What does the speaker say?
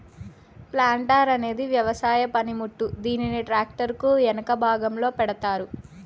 planter అనేది వ్యవసాయ పనిముట్టు, దీనిని ట్రాక్టర్ కు ఎనక భాగంలో పెడతారు